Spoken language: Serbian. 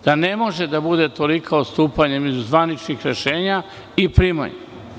Da ne može da bude toliko odstupanja između zvaničnih rešenja i primanja.